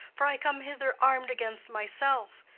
for i come hither arm'd against myself.